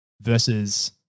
versus